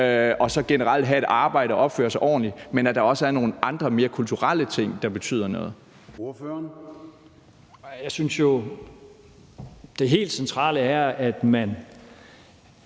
og så generelt have et arbejde og opføre sig ordentligt, men at der også er nogle andre mere kulturelle ting, der betyder noget.